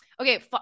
okay